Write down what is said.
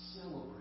Celebrate